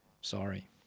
Sorry